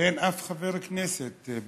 ואין אף חבר כנסת במליאה.